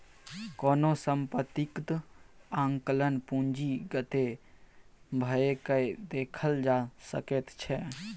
कोनो सम्पत्तीक आंकलन पूंजीगते भए कय देखल जा सकैत छै